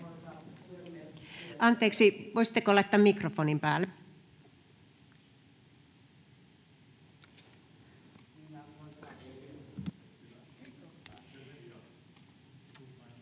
Anteeksi, voisitteko laittaa mikrofonin päälle.